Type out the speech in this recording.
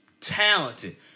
Talented